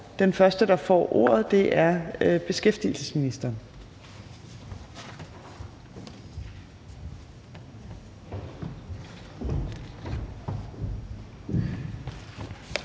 Den første, der får ordet, er beskæftigelsesministeren.